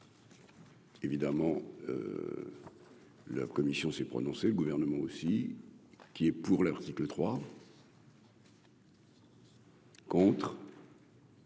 évidemment. La commission s'est prononcée, le gouvernement aussi, qui est pour l'article 3. Contre.